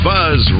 Buzz